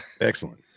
excellent